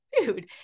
dude